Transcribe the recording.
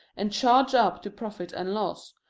and charged up to profit and loss,